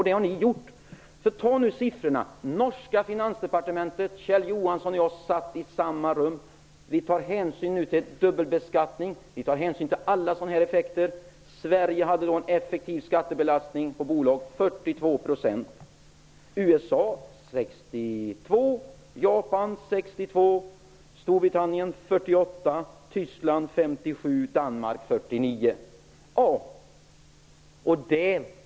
Det har ni gjort. Kjell Johansson och jag satt i samma rum på det norska finansdepartementet. Jag kan läsa upp siffrorna, som även tar hänsyn till dubbelbeskattning och alla sådana effekter. I Danmark 49 %.